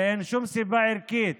ואין שום סיבה ערכית